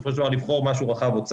בסופו של דבר לבחור משהו רחב או צר.